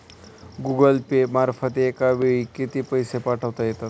Google Pay मार्फत एका वेळी किती पैसे पाठवता येतात?